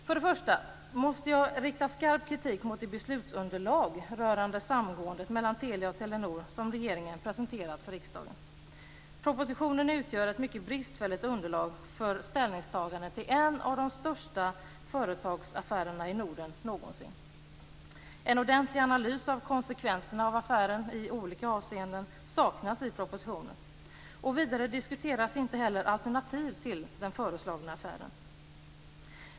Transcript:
För det första måste jag rikta skarp kritik mot det beslutsunderlag rörande samgåendet mellan Telia och Telenor som regeringen har presenterat för riksdagen. Propositionen utgör ett mycket bristfälligt underlag för ställningstagande till en av de största företagsaffärerna i Norden någonsin. En ordentlig analys av konsekvenserna av affären i olika avseenden saknas i propositionen. Vidare diskuteras inte alternativ till den föreslagna affären.